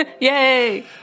Yay